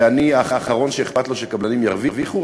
ואני האחרון שאכפת לו שקבלנים ירוויחו,